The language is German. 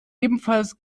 ebenfalls